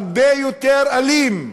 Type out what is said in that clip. הרבה יותר אלים.